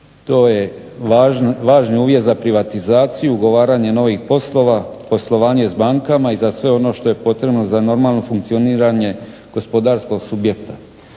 to je važni uvjet za privatizaciju ugovaranje novih poslova, poslovanje s bankama i za sve ono što je potrebno za normalno funkcioniranje gospodarskog subjekta.